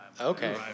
Okay